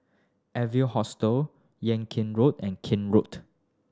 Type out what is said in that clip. Evans Hostel Yung Kuang Road and Kent Road